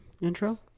intro